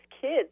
kids